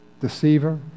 Deceiver